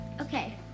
okay